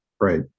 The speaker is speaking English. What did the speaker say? Right